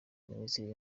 ministeri